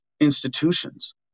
institutions